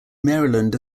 maryland